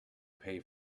pay